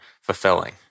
fulfilling